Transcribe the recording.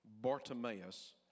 Bartimaeus